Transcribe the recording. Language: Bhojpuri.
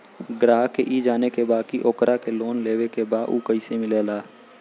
ग्राहक के ई जाने के बा की ओकरा के लोन लेवे के बा ऊ कैसे मिलेला?